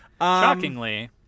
Shockingly